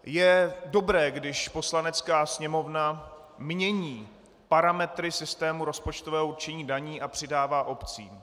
Je dobré, když Poslanecká sněmovna mění parametry systému rozpočtového určení daní a přidává obcím.